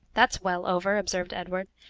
that's well over, observed edward.